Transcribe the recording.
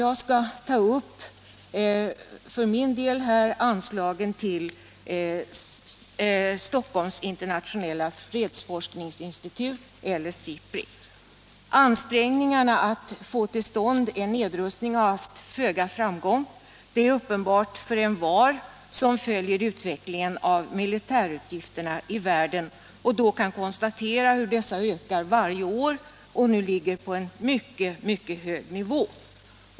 Jag skall ta upp anslagen till Stockholms internationella fredsforskningsinstitut, SIPRI. Ansträngningarna att få till stånd en nedrustning har haft föga framgång. Det är uppenbart för envar som följt utvecklingen av militärutgifterna i världen och kan konstatera hur dessa varje år ökar och nu ligger på en mycket hög nivå.